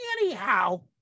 Anyhow